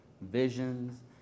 Visions